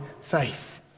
faith